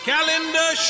Calendar